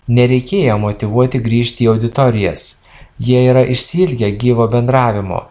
nereikėjo motyvuoti grįžti į auditorijas jie yra išsiilgę gyvo bendravimo